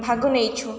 ଭାଗ ନେଇଛୁ